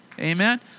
Amen